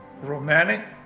romantic